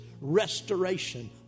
restoration